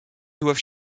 doivent